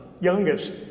youngest